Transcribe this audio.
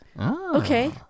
Okay